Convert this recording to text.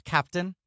Captain